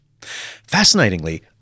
Fascinatingly